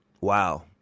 Wow